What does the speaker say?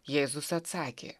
jėzus atsakė